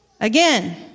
Again